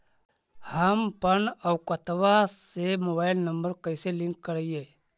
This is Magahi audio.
हमपन अकौउतवा से मोबाईल नंबर कैसे लिंक करैइय?